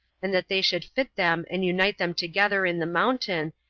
and that they should fit them and unite them together in the mountain,